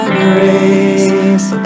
grace